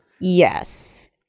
yes